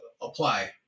apply